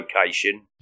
location